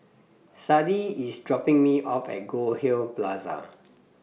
Sadie IS dropping Me off At Goldhill Plaza